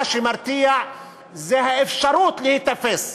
מה שמרתיע זה האפשרות להיתפס.